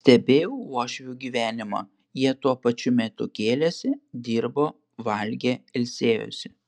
stebėjau uošvių gyvenimą jie tuo pačiu metu kėlėsi dirbo valgė ilsėjosi